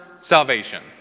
salvation